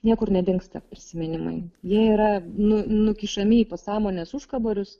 niekur nedingsta prisiminimai jie yra nu nukišami į pasąmonės užkaborius